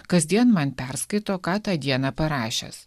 kasdien man perskaito ką tą dieną parašęs